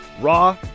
raw